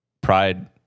pride